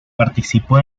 participó